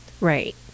Right